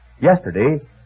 Yesterday